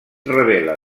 revela